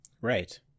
Right